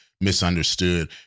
misunderstood